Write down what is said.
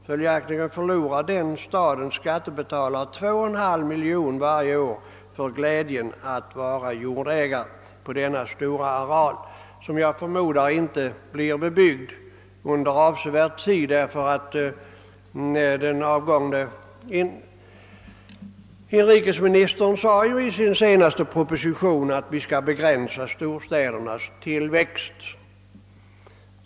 Följaktligen förlorar den stadens skattebetalare 2,5 miljoner varje år för glädjen att vara ägare till denna stora jordareal, som jag förmodar inte blir bebyggd under avsevärd tid. Den avgångne inrikesministern sade ju i sin sista proposition att vi skall begränsa storstädernas tillväxt.